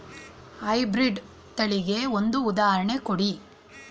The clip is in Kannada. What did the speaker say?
ಹೈ ಬ್ರೀಡ್ ತಳಿಗೆ ಒಂದು ಉದಾಹರಣೆ ಕೊಡಿ?